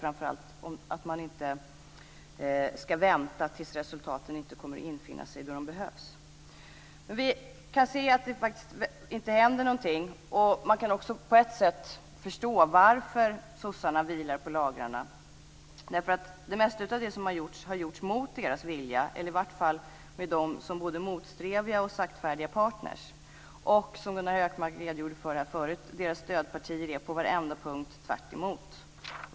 Framför allt ska man inte vänta till dess att resultaten inte kommer att infinna sig när de behövs. Vi kan se att det faktiskt inte händer någonting. På ett sätt kan man också förstå varför sossarna vilar på lagrarna. Det mesta av det som har gjorts har nämligen gjorts mot deras vilja, eller i varje fall med dem som både motsträviga och saktfärdiga partner. Som Gunnar Hökmark redogjorde för här förut så är också deras stödpartiet på varenda punkt tvärtemot.